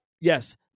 yes